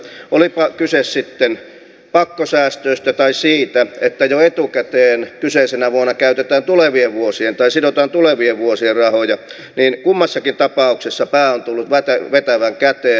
olipa kyse sitten pakkosäästöistä tai siitä että jo etukäteen kyseisenä vuonna käytetään tai sidotaan tulevien vuosien rahoja niin kummassakin tapauksessa pää on tullut vetävän käteen